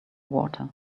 water